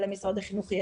אבל משרד החינוך,